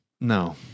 No